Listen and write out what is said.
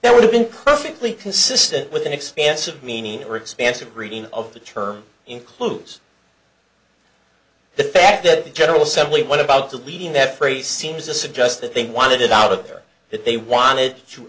there would have been perfectly consistent with an expansive meaning or expansive reading of the term includes the fact that the general assembly what about deleting that phrase seems to suggest that they wanted it out of there that they wanted to